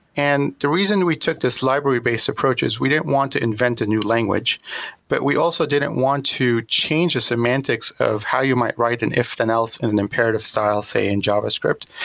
and the reason we took this library based approach is we didn't want to invent a new language but we also didn't want to change the semantics of how you might write an if than else in an imperative style saying, javascript.